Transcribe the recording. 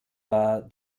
war